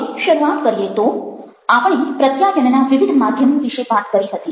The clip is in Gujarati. હવે શરૂઆત કરીએ તો આપણે પ્રત્યાયનના વિવિધ માધ્યમો વિશે વાત કરી હતી